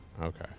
Okay